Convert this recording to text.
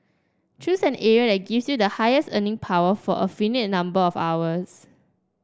choose an area that gives you the highest earning power for a finite number of hours